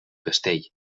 castell